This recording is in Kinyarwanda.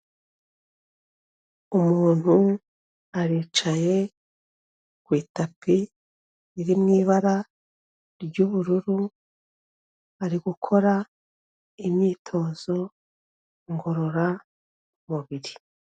Umuntu aricaye ku itapi iri mu ibara ry'ubururu, ari gukora imyitozo ngororamubiri.